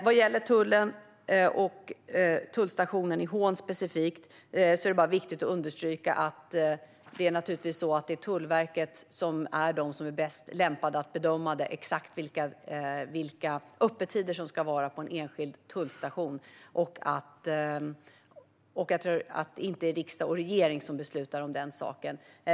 Vad gäller tullen och specifikt tullstationen i Hån är det viktigt att understryka att det är Tullverket som är bäst lämpat att bedöma exakt vilka öppettider som ska gälla för en enskild tullstation samt att det inte är riksdag eller regering som beslutar om den saken.